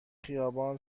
خیابان